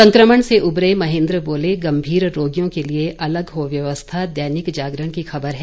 संक्रमण से उबरे महेंद्र बोले गम्भीर रोगियों के लिये अलग हो व्यवस्था दैनिक जागरण की खबर है